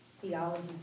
theology